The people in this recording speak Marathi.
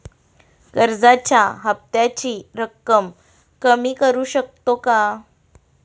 कर्जाच्या हफ्त्याची रक्कम कमी करू शकतो का?